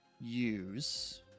use